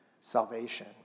salvation